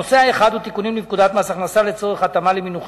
הנושא האחד הוא תיקונים בפקודת מס הכנסה לצורך התאמה למינוח